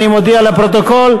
אני מודיע לפרוטוקול,